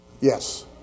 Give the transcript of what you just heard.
Yes